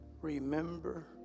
remember